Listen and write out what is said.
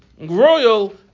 royal